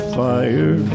fire